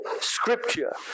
Scripture